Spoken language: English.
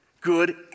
Good